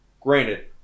granted